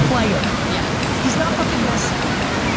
player. yeah he's not fucking messi. right.